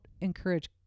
encourage